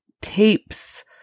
tapes